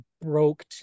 broke